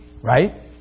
right